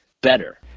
better